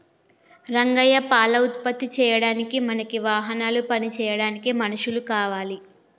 రంగయ్య పాల ఉత్పత్తి చేయడానికి మనకి వాహనాలు పని చేయడానికి మనుషులు కావాలి